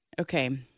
Okay